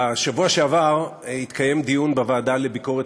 בשבוע שעבר התקיים דיון בוועדה לביקורת